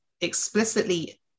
explicitly